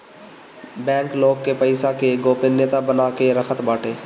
bank लोग के पईसा के गोपनीयता बना के रखत बाटे